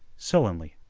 sullenly,